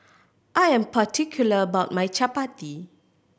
I am particular about my chappati